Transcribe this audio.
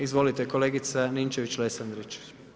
Izvolite kolegica Ninčević-Lesandrić.